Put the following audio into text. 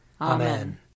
Amen